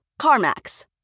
CarMax